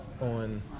on